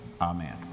Amen